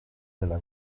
della